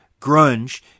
grunge